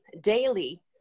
daily